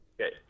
okay